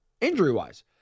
injury-wise